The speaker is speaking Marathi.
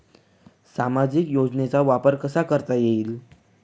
सामाजिक योजनेचा वापर कसा करता येईल?